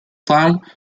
time